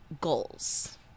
goals